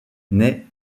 naît